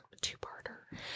Two-parter